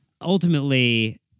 Ultimately